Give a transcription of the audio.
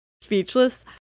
speechless